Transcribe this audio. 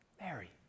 Mary